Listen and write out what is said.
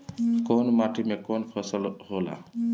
कवन माटी में कवन फसल हो ला?